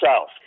south